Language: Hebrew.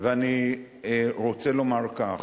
אני רוצה לומר כך: